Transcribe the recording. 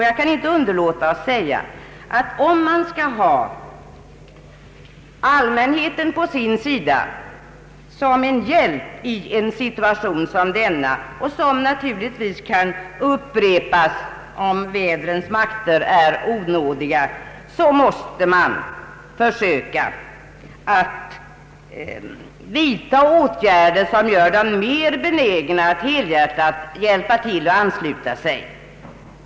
Jag kan inte underlåta att framhålla att man, om man vill ha allmänheten på sin sida såsom en hjälp i en situation som denna, som naturligtvis kan upprepas om vädrets makter är onådiga, måste försöka att vidtaga åtgärder som gör allmänheten mer benägen att helhjärtat hjälpa till.